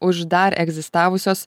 už dar egzistavusios